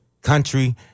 country